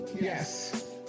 Yes